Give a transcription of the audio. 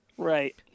right